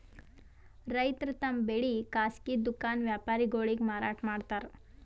ರೈತರ್ ತಮ್ ಬೆಳಿ ಖಾಸಗಿ ದುಖಾನ್ ವ್ಯಾಪಾರಿಗೊಳಿಗ್ ಮಾರಾಟ್ ಮಾಡ್ತಾರ್